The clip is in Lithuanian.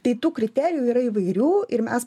tai tų kriterijų yra įvairių ir mes